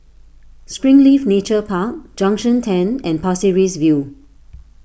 Springleaf Nature Park Junction ten and Pasir Ris View